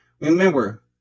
Remember